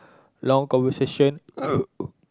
long conversation